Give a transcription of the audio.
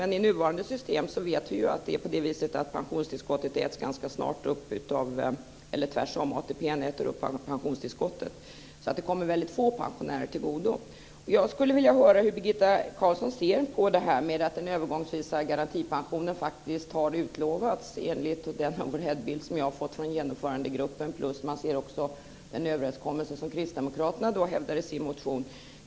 Men i nuvarande system vet vi att ATP ganska snabbt äter upp pensionstillskottet. Det kommer väldigt få pensionärer till godo. Jag skulle vilja höra hur Birgitta Carlsson ser på den övergångsvisa garantipensionen, som enligt den overheadbild jag har fått från Genomförandegruppen faktiskt har utlovats. Dessutom finns den överenskommelse som kristdemokraterna hävdar i sin motion.